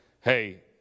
Hey